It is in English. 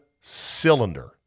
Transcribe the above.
cylinder